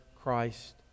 Christ